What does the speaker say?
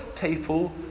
people